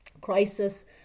crisis